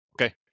Okay